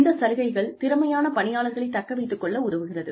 இந்த சலுகைகள் திறமையான பணியாளர்களைத் தக்க வைத்துக் கொள்ள உதவுகிறது